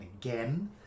again